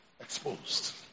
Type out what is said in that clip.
exposed